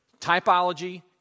typology